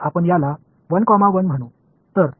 तर आपण याला 1 1 म्हणू